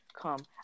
come